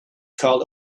called